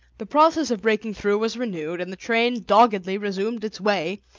the process of breaking through was renewed, and the train doggedly resumed its way,